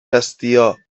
شصتیا